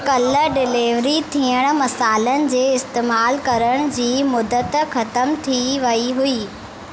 कल्ह डिलीवर थियल मसालनि जे इस्तैमालु करण जी मुदतु ख़तम थी वई हुई